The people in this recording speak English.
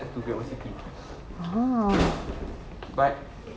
to great old city but